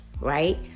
right